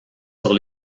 sur